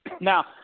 Now